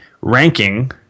ranking